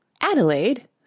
Adelaide